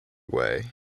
way